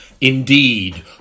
Indeed